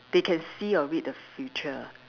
they can see of it the future